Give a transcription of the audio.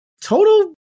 Total –